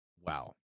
wow